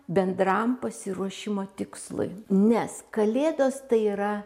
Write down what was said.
bendram pasiruošimo tikslui nes kalėdos tai yra